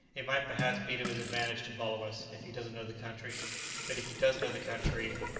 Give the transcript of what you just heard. it might perhaps be to his advantage to follow us, if he doesn't know the country but if he does know the country,